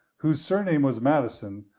whose surname was madison,